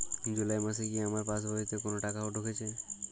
জুলাই মাসে কি আমার পাসবইতে কোনো টাকা ঢুকেছে?